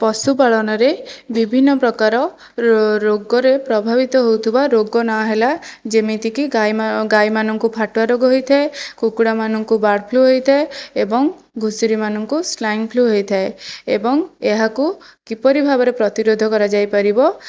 ପଶୁପାଳନରେ ବିଭିନ୍ନ ପ୍ରକାର ରୋଗରେ ପ୍ରଭାବିତ ହେଉଥିବା ରୋଗ ନାଁ ହେଲା ଯେମିତିକି ଗାଈ ଗାଈମାନଙ୍କୁ ଫାଟୁଆ ରୋଗ ହୋଇଥାଏ କୁକୁଡ଼ାମାନଙ୍କୁ ବାର୍ଡ଼ ଫ୍ଲୁ ହେଇଥାଏ ଏବଂ ଘୁଷୁରିମାନଙ୍କୁ ସ୍ଲାଇନ୍ ଫ୍ଲୁ ହୋଇଥାଏ ଏବଂ ଏହାକୁ କିପରି ଭାବରେ ପ୍ରତିରୋଧ କରାଯାଇପାରିବ